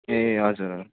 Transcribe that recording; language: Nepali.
ए हजुर